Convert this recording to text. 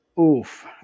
oof